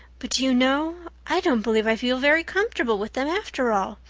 but do you know i don't believe i feel very comfortable with them after all.